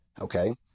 okay